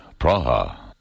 Praha